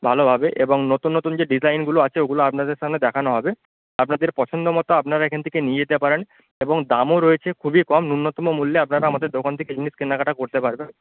ভালোভাবে এবং নতুন নতুন যে ডিজাইনগুলো আছে ওগুলো আপনাদের সামনে দেখানো হবে আপনাদের পছন্দমতো আপনারা এখান থেকে নিয়ে যেতে পারেন এবং দামও রয়েছে খুবই কম ন্যূনতম মূল্যে আপনারা আমাদের দোকান থেকে জিনিস কেনাকাটা করতে পারবেন